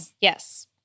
Yes